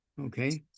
Okay